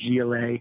gla